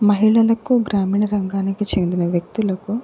మహిళలకు గ్రామీణ రంగానికి చెందిన వ్యక్తులకు